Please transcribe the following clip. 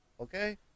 Okay